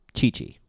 Chi-Chi